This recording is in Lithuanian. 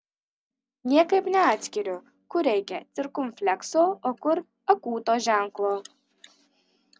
niekaip neatskiriu kur reikia cirkumflekso o kur akūto ženklo